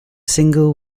single